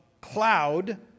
cloud